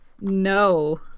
No